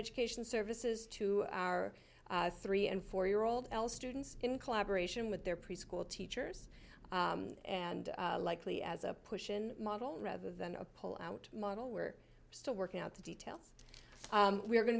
education services to our three and four year old l students in collaboration with their preschool teachers and likely as a pushin model rather than a pull out model we're still working out the details we're going